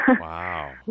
Wow